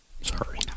sorry